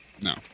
No